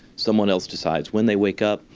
someone else decided when they wake up,